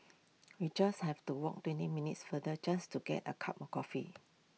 we just have to walk twenty minutes farther just to get A cup of coffee